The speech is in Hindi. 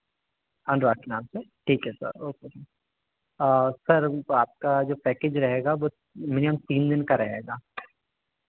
अनुराग के नाम से ठीक है सर ओके सर आपका जो पैकेज रहेगा वह मिनिमम तीन दिन का रहेगा